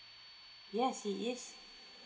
yes he is